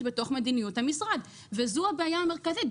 בתוך מדיניות המשרד וזו הבעיה המרכזית,